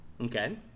Okay